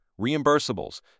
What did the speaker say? reimbursables